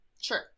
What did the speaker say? Sure